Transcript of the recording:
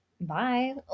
bye